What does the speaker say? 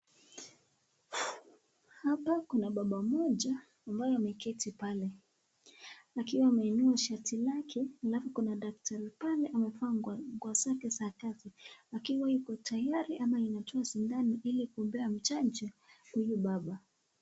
Hapa kuna baba mmoja ambaye ameketi pale akiwa ameinua shati lake, alafu kuna daktari pale amevaa nguo zake za kazi akiwa yuko tayari ama ametoa sindano ili kumpea chanjo huyu baba.